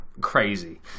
crazy